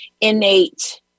innate